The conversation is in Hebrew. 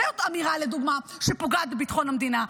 זאת, לדוגמה, אמירה שפוגעת בביטחון המדינה.